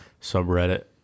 subreddit